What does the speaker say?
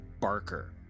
Barker